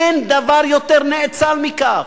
אין דבר יותר נאצל מכך,